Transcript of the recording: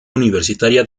universitaria